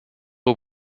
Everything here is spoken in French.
aux